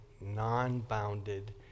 non-bounded